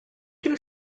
two